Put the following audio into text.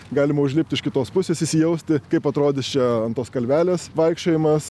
galima užlipti iš kitos pusės įsijausti kaip atrodys čia ant tos kalvelės vaikščiojimas